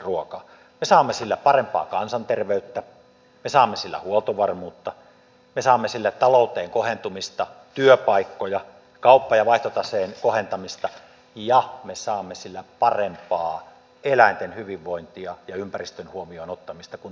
me saamme sillä parempaa kansanterveyttä me saamme sillä huoltovarmuutta me saamme sillä talouteen kohentumista työpaikkoja kauppa ja vaihtotaseen kohentamista ja me saamme sillä parempaa eläinten hyvinvointia ja ympäristön huomioonottamista kuin tuontiruoalla